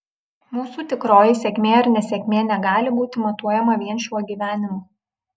mūsų tikroji sėkmė ar nesėkmė negali būti matuojama vien šiuo gyvenimu